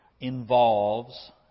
involves